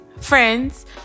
friends